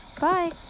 Bye